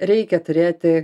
reikia turėti